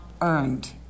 earned